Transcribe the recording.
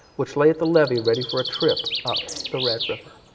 which lay at the levee, ready for a trip up the red river.